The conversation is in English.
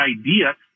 idea